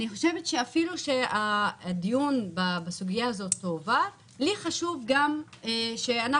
אני חושבת שאפילו הדיון בסוגיה הזאת יועבר לי חשוב גם שאנחנו,